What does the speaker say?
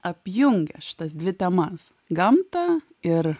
apjungia šitas dvi temas gamtą ir